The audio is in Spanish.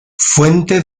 fuente